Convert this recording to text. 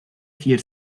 vier